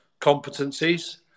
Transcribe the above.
competencies